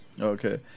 Okay